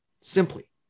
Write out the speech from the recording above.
simply